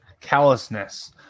callousness